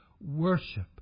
worship